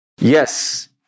Yes